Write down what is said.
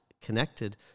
connected